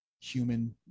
human